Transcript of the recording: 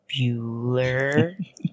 Bueller